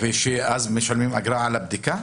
ואז משלמים אגרה על הבדיקה?